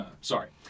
sorry